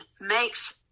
makes